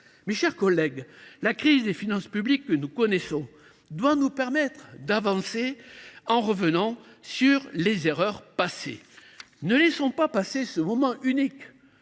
Mes chers collègues, la crise des finances publiques que nous connaissons doit nous permettre de revenir sur nos erreurs. Ne laissons pas passer cette chance unique,